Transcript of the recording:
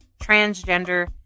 transgender